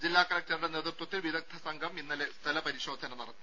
ജില്ലാ കലക്ടറുടെ നേതൃത്വത്തിൽ വിദഗ്ദ്ധ സംഘം ഇന്നലെ സ്ഥല പരിശോധന നടത്തി